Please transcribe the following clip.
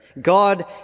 God